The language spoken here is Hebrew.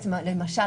למשל,